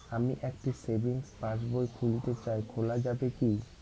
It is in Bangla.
আমি একটি সেভিংস পাসবই খুলতে চাই খোলা যাবে কি?